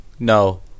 No